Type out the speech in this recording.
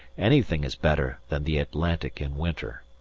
anything is better than the atlantic in winter.